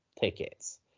tickets